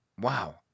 wow